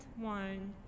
one